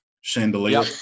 chandelier